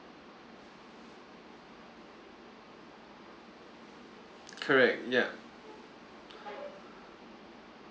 correct ya